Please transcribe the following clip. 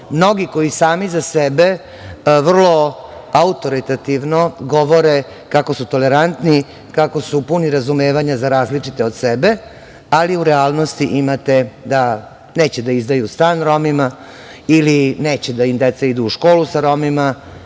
mnogi koji sami za sebe vrlo autoritativno govore kako su tolerantni, kako su puni razumevanja za različite od sebe, ali u relanosti imate da neće da izdaju stan Romima ili neće da im deca idu u školu sa Romima